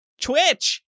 Twitch